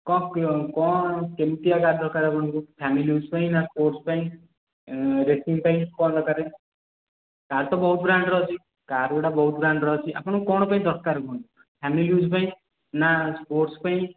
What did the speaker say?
କଁ କଁ କେମତିଆ ଗାଡ଼ି ଦରକାରେ ଆପଣଙ୍କୁ ଫ୍ୟାମିଲି ୟୁଜ୍ ପାଇଁ ନା ସ୍ପୋର୍ଟ୍ସ୍ ପାଇଁ ରେସିଂ ପାଇଁ କ'ଣ ଦରକାରେ କାର୍ତ ବହୁତ ବ୍ରାଣ୍ଡ୍ର ଅଛି କାର୍ ଗୁଡ଼ା ବହୁତ ବ୍ରାଣ୍ଡ୍ର ଅଛି ଆପଣଙ୍କୁ କ'ଣ ପାଇଁ ଦରକାରେ କୁହନ୍ତୁ ଫ୍ୟାମିଲି ୟୁଜ୍ ପାଇଁ ନା ସ୍ପୋର୍ଟ୍ସ୍ ପାଇଁ